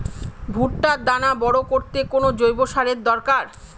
ভুট্টার দানা বড় করতে কোন জৈব সারের দরকার?